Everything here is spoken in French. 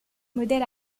modèles